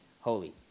holy